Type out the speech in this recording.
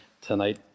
tonight